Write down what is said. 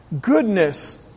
goodness